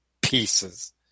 pieces